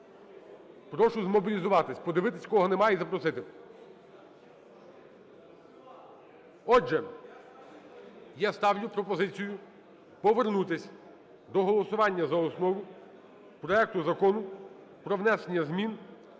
Прошу змобілізуватися, подивитися кого нема і запросити. Отже, я ставлю пропозицію повернутися до голосування за основу проекту Закону про внесення змін